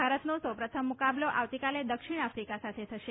ભારતનો સૌ પ્રથમ મુકાબલો આવતીકાલે દક્ષિણ આફિકા સાથે થશે